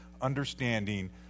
understanding